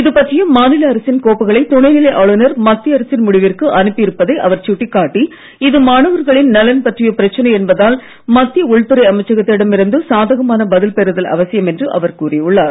இதுபற்றிய மாநில அரசின் கோப்புக்களை துணை நிலை ஆளுநர் மத்திய அரசின் முடிவிற்கு அனுப்பி இருப்பதை அவர் சுட்டிக்காட்டி இது மாணவர்களின் நலன் பற்றிய பிரச்சனை என்பதால் மத்திய உள்துறை அமைச்சகத்திடம் இருந்து சாதகமான பதில் பெறுதல் அவசியம் என்று கூறி உள்ளார்